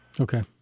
Okay